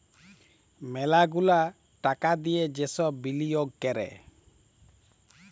ম্যালা গুলা টাকা দিয়ে যে সব বিলিয়গ ক্যরে